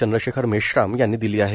चंद्रशेखर मेश्राम यांनी दिली आहे